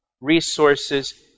resources